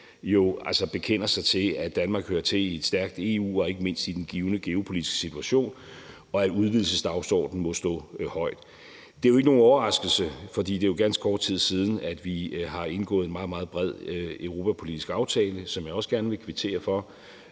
jo altså bekender sig til, at Danmark hører til i et stærkt EU, ikke mindst i den givne geopolitiske situation, og at udvidelsesdagsordenen må stå højt. Det er jo ikke nogen overraskelse, for det er jo ganske kort tid siden, at vi har indgået en meget, meget bred europapolitisk aftale, som jeg også gerne vil kvittere for.